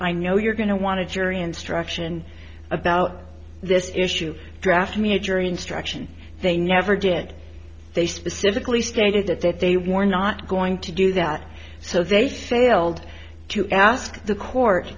i know you're going to want to jury instruction about this issue draft me a jury instruction they never did they specifically stated that they were not going to do that so they failed to ask the court